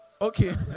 Okay